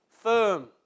firm